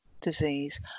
disease